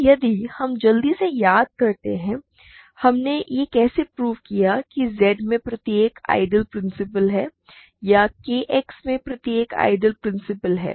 तो यदि हम जल्दी से याद करते हैं कि हमने यह कैसे प्रूव किया कि Z में प्रत्येक आइडियल प्रिंसिपल है या KX में प्रत्येक आइडियल प्रिंसिपल है